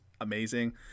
amazing